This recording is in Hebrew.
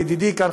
בידידי כאן,